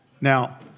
Now